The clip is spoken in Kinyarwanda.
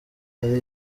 ari